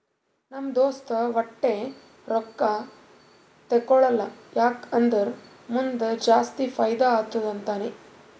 ನಮ್ ದೋಸ್ತ ವಟ್ಟೆ ರೊಕ್ಕಾ ತೇಕೊಳಲ್ಲ ಯಾಕ್ ಅಂದುರ್ ಮುಂದ್ ಜಾಸ್ತಿ ಫೈದಾ ಆತ್ತುದ ಅಂತಾನ್